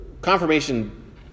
confirmation